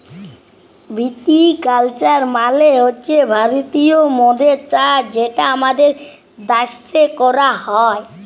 ভিটি culture মালে হছে ভারতীয় মদের চাষ যেটা আমাদের দ্যাশে ক্যরা হ্যয়